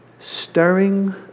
Stirring